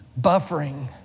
Buffering